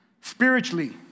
spiritually